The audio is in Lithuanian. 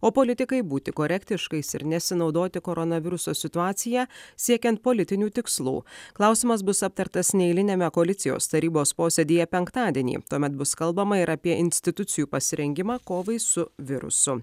o politikai būti korektiškais ir nesinaudoti koronaviruso situacija siekiant politinių tikslų klausimas bus aptartas neeiliniame koalicijos tarybos posėdyje penktadienį tuomet bus kalbama ir apie institucijų pasirengimą kovai su virusu